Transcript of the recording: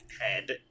head